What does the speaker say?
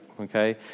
Okay